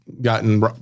gotten